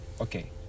okay